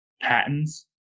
patents